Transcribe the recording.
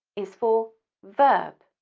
is for verb.